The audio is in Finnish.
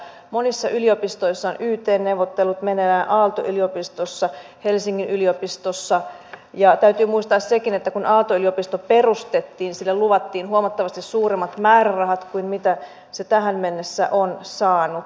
monissa yliopistoissa on yt neuvottelut meneillään aalto yliopistossa helsingin yliopistossa ja täytyy muistaa sekin että kun aalto yliopisto perustettiin sille luvattiin huomattavasti suuremmat määrärahat kuin mitä se tähän mennessä on saanut